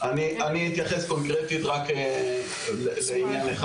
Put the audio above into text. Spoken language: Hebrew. אני אתייחס קונקרטית רק לעניין אחד.